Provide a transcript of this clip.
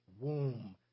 womb